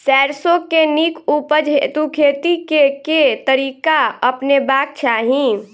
सैरसो केँ नीक उपज हेतु खेती केँ केँ तरीका अपनेबाक चाहि?